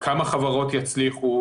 כמה חברות יצליחו,